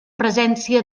presència